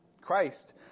Christ